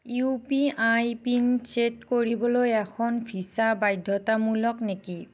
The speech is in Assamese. U P I pin set কৰিবলৈ এখন ভিছা বাধ্যতামূলক নেকি